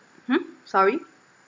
hmm sorry